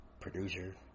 producer